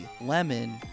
lemon